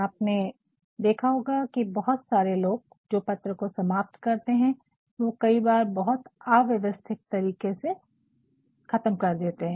आपने देखा होगा की बहुत सारे लोग जो पत्र को समाप्त करते है वो कई बार बहुत अवयवस्थित तरीके से ख़तम कर देते है